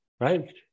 right